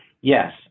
Yes